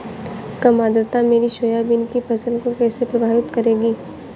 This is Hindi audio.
कम आर्द्रता मेरी सोयाबीन की फसल को कैसे प्रभावित करेगी?